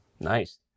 Nice